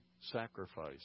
sacrifice